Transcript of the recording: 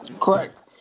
correct